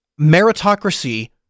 meritocracy